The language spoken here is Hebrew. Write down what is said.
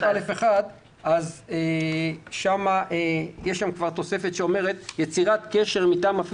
6(א)(1) יש תוספת שאומרת "יצירת קשר מטעם מפעיל